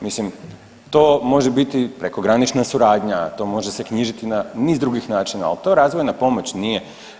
Mislim to može biti prekogranična suradnja, to može se knjižiti na niz drugih načina, ali to razvojna pomoć nije.